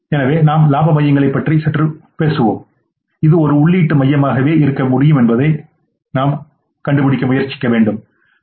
எனவே இலாப மையங்களைப் பற்றி பேசும்போது இது ஒரு உள்ளீட்டு மையமாக மட்டுமே இருக்க முடியும் என்பதைக் கண்டுபிடிக்க முயற்சிக்கிறோம்